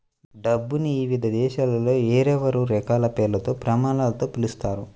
డబ్బుని వివిధ దేశాలలో వేర్వేరు రకాల పేర్లతో, ప్రమాణాలతో పిలుస్తారు